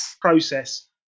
process